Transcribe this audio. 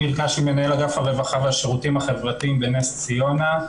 אני מנהל אגף הרווחה והשירותים החברתיים בנס ציונה.